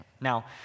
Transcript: Now